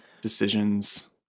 decisions